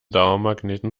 dauermagneten